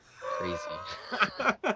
crazy